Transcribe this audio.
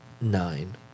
nine